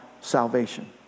salvation